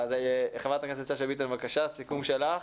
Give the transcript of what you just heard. חברת הכנסת שאשא ביטון, בבקשה סיכום שלך.